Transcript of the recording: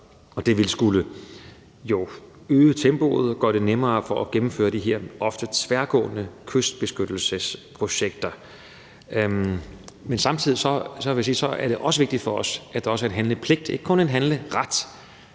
og det vil skulle øge tempoet og gøre det nemmere at gennemføre de her ofte tværgående kystbeskyttelsesprojekter. Samtidig vil jeg sige, at det også er vigtigt for os, at der er en handlepligt – ikke kun en handleret